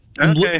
Okay